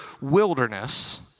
wilderness